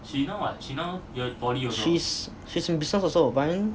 she's she's in business also but then